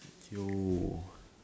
Jio